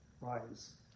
rise